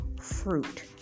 fruit